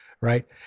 right